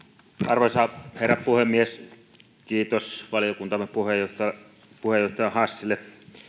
arvoisa herra puhemies kiitos valiokuntamme puheenjohtaja hassille